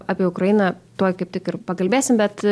apie ukrainą tuoj kaip tik ir pakalbėsim bet